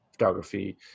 photography